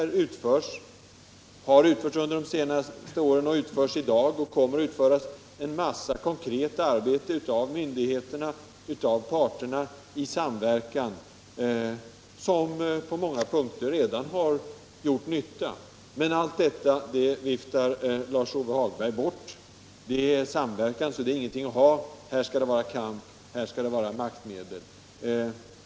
Det har under de senaste åren utförts, det utförs i dag och det kommer att utföras en massa konkret arbete av myndigheterna och av parterna i samverkan. På många punkter har det redan gjort nytta. Men allt detta viftar Lars-Ove Hagberg bort — det är samverkan, så det är ingenting att ha. Här skall det vara kamp och maktmedel.